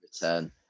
return